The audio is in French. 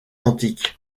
antique